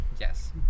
Yes